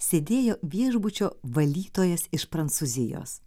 sėdėjo viešbučio valdytojas iš prancūzijos